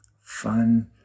fun